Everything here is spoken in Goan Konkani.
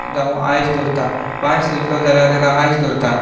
जावं आयस दवरतात पांय सुजलो जाल्यार आयस दवरतात